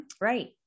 Right